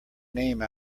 name